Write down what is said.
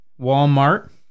Walmart